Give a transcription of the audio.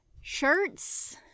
shirts